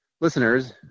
listeners